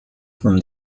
from